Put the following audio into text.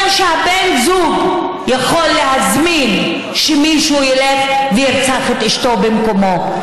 שבן הזוג יכול להזמין שמישהו ילך וירצח את אשתו במקומו,